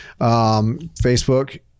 facebook